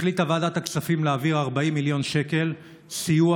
החליטה ועדת הכספים להעביר 40 מיליון שקל סיוע